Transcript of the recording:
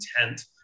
intent